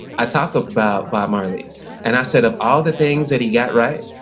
i talk about bob marley and i said of all the things that he got, right?